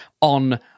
on